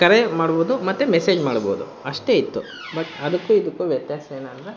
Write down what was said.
ಕರೆ ಮಾಡ್ಬೋದು ಮತ್ತು ಮೆಸೇಜ್ ಮಾಡ್ಬೋದು ಅಷ್ಟೇ ಇತ್ತು ಬಟ್ ಅದಕ್ಕೂ ಇದಕ್ಕೂ ವ್ಯತ್ಯಾಸ ಏನಂದರೆ